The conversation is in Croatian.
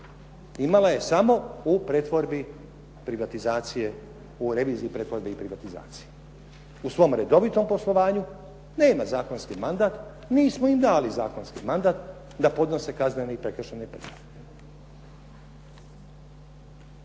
Imala je samo u pretvorbi privatizacije u reviziji pretvorbe i privatizacije. U svom redovitom poslovanju, nema zakonski mandat. Nismo im dali zakonski mandat da podnose kaznene i prekršajne prijave.